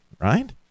right